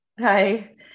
Hi